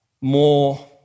More